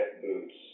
boots